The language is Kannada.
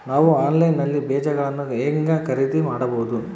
ನಾವು ಆನ್ಲೈನ್ ನಲ್ಲಿ ಬೇಜಗಳನ್ನು ಹೆಂಗ ಖರೇದಿ ಮಾಡಬಹುದು?